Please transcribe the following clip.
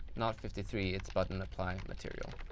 not fifty three. it's button apply and material.